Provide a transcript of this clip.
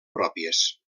pròpies